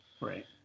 Right